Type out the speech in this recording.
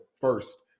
first